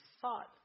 thought